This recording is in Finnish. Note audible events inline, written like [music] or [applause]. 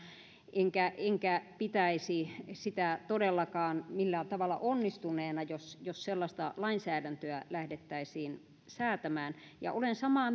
enkä enkä pitäisi sitä todellakaan millään tavalla onnistuneena jos sellaista lainsäädäntöä lähdettäisiin säätämään olen samaa [unintelligible]